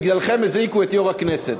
בגללכם הזעיקו את יושב-ראש הכנסת,